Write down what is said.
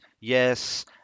Yes